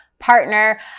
partner